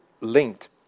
linked